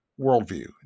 worldview